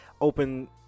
open